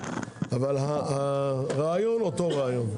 אבל הרעיון הוא אותו רעיון.